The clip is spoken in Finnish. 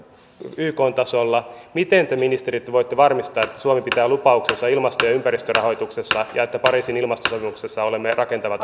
ykn tasolla miten te ministeri nyt voitte varmistaa että suomi pitää lupauksensa ilmasto ja ympäristörahoituksessa ja että pariisin ilmastosopimuksessa olemme rakentava